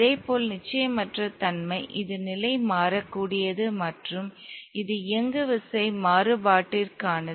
அதேபோல் நிச்சயமற்ற தன்மை இது நிலை மாறக்கூடியது மற்றும் இது இயங்குவிசை மாறுபாட்டிற்கானது